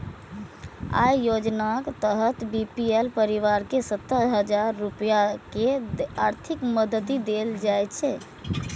अय योजनाक तहत बी.पी.एल परिवार कें सत्तर हजार रुपैया के आर्थिक मदति देल जाइ छै